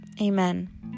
Amen